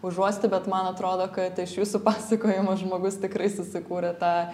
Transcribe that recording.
užuosti bet man atrodo kad iš jūsų pasakojimo žmogus tikrai susikūrė tą